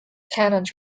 canons